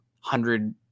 hundred